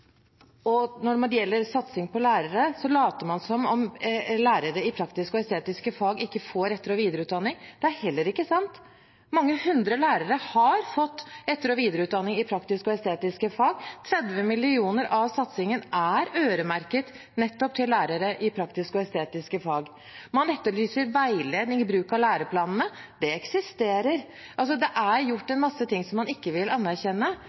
Når det gjelder satsing på lærere, later man som om lærere i praktiske og estetiske fag ikke får etter- og videreutdanning. Det er heller ikke sant. Mange hundre lærere har fått etter- og videreutdanning i praktiske og estetiske fag. 30 mill. kr av satsingen er øremerket nettopp til lærere i praktiske og estetiske fag. Man etterlyser veiledning i bruk av læreplanene. Det eksisterer. Altså: Det er gjort en masse ting som man ikke vil anerkjenne.